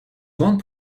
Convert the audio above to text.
grandes